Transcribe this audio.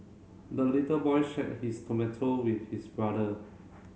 the little boy shared his tomato with his brother